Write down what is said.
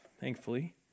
thankfully